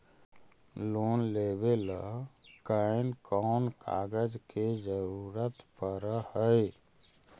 Loan लेबे ल कैन कौन कागज के जरुरत पड़ है?